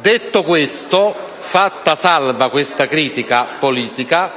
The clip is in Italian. Detto questo, fatta salva questa critica politica,